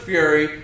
Fury